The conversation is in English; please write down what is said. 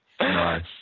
Nice